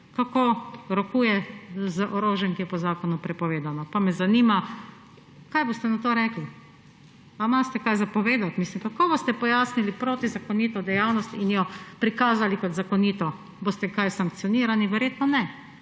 kako rokuje z orožjem, ki je po zakonu prepovedano. Pa me zanima, kaj boste na to rekli. Ali imate kaj za povedati? Kako boste pojasnili protizakonito dejavnost in jo prikazali kot zakonito? Boste kaj sankcionirani? Verjetno ne.